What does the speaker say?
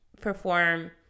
perform